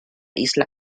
isla